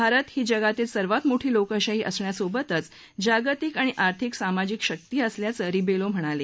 भारत ही जगातली सर्वात मोठी लोकशाही असण्यासोबतच जागतिक अर्थिक आणि सामजिक शक्ती असल्याचं रिबेलो म्हणाले